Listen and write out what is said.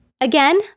Again